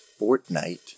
Fortnite